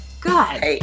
Good